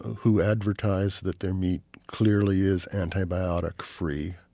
who advertise that their meat clearly is antibiotic-free,